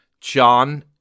John